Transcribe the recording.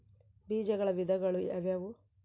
ಬೇಜಗಳ ವಿಧಗಳು ಯಾವುವು?